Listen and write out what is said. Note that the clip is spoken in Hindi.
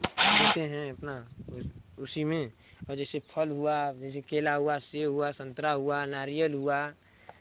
देते हैं अपना उस उसी में और जैसे फल हुआ जैसे केला हुआ सेब हुआ संतरा हुआ नारियल हुआ